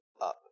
up